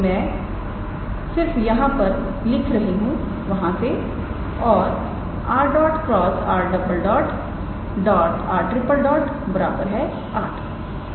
तो मैं सिर्फ मैं यहां पर लिख रहा हूं वहां से और 𝑟̇ × 𝑟̈ 𝑟⃛ 8